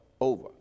over